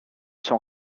sont